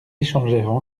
échangèrent